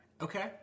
Okay